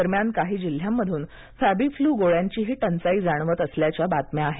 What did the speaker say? दरम्यान काही जिल्ह्यांमधून फॅबीफ्लू गोळ्यांचीही टंचाई जाणवत असल्याच्या बातम्या आहेत